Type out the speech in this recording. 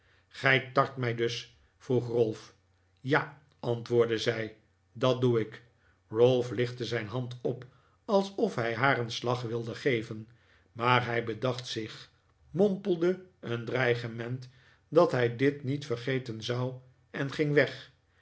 gij tart mij dus vroeg ralph ja antwoordde zij dat doe ik ralph lichtte zijn hand op alsof hij haar een slag wilde geven maar hij bedacht zich mompelde een dreigement dat hij dit niet vergeten zou en ging weg